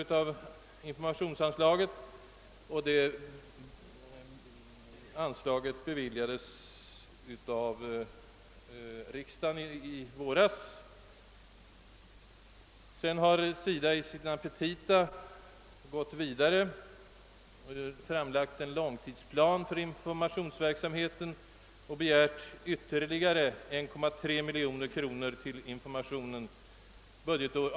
Den begärda anslagshöjningen beviljades av årets vårriksdag. SIDA har sedan i sina petita nu i höst gått vidare och framlagt en långsiktsplan för informationsverksamheten samt begärt att under budgetåret 1970/71 få ytterligare 1,3 miljoner kronor för informationen.